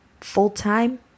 full-time